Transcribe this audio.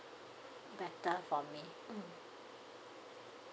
better for me mm